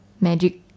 Magic